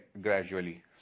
gradually